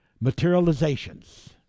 materializations